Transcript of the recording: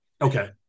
okay